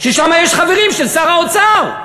ששם יש חברים של שר האוצר.